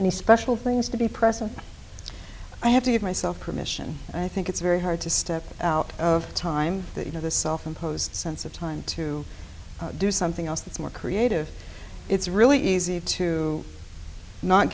the special things to be present i have to give myself permission i think it's very hard to step out of time that you know the self imposed sense of time to do something else that's more creative it's really easy to not